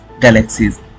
galaxies